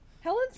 Helen